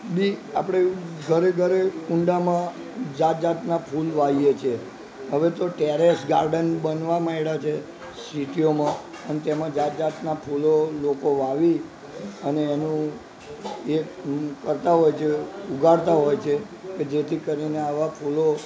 બી આપણે ઘરે ઘરે કુંડામાં જાત જાતના ફૂલ વાવીએ છીએ હવે તો ટેરેસ ગાર્ડન બનવા માંડ્યા છે સીટીઓમાં પણ તેમાં જાત જાતના ફૂલો લોકો વાવી અને એનું એક રૂમ કરતા હોય છે ઉગાડતા હોય છે કે જેથી કરીને આવા ફૂલો